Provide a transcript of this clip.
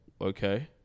okay